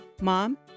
Mom